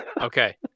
okay